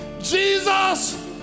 Jesus